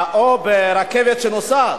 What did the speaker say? או לרכבת שנוסעת.